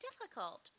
difficult